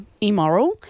immoral